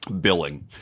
billing